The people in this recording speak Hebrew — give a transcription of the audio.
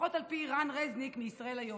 לפחות על פי רן רזניק מישראל היום.